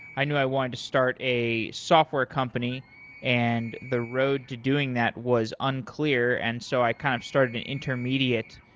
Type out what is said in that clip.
i knew i want to start a software company and the road to doing that was unclear, and so i kind of started an intermediate,